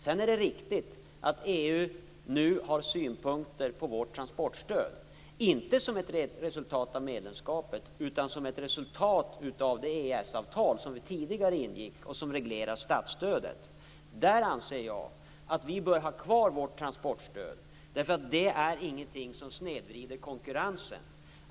Det är riktigt att EU har synpunkter på vårt transportstöd, inte som ett resultat av medlemskapet utan som ett resultat av det EES-avtal som vi tidigare ingick och som reglerar statsstödet. Där anser jag att vi bör ha kvar vårt transportstöd därför att det inte är någonting som snedvrider konkurrensen.